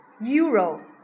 Euro